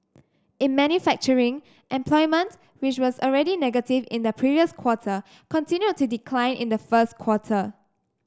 in manufacturing employment which was already negative in the previous quarter continued to decline in the first quarter